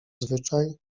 zwyczaj